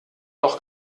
doch